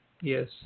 yes